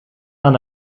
aan